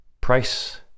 price